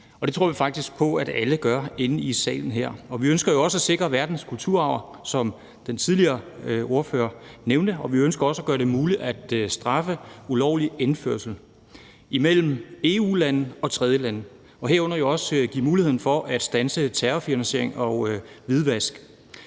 det tror vi faktisk på at alle inde i salen her mener. Vi ønsker jo også at sikre verdens kulturarv, som den tidligere ordfører nævnte, og vi ønsker også at gøre det muligt at straffe ulovlig indførsel imellem EU-lande og tredjelande, herunder også at give mulighed for at standse terrorfinansiering og hvidvask.